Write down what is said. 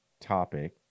topic